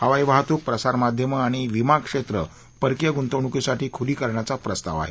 हवाई वाहतुक प्रसार माध्यमं आणि विमा क्षेत्र परकीय गुंतवणूकीसाठी खूली करण्याचा प्रस्ताव करण्याचा आहे